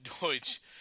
Deutsch